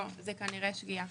לא, זאת כנראה שגיאה.